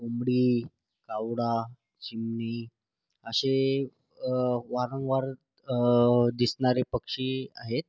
कोंबडी कावळा चिमणी असे वारंवार दिसणारे पक्षी आहेत